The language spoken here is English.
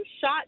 shot